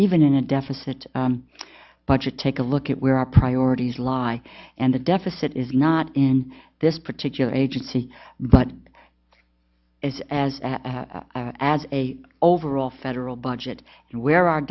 even in a deficit budget take a look at where our priorities lie and the deficit is not in this particular agency but it's as as a overall federal budget and where